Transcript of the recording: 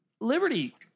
Liberty